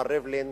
מר ריבלין,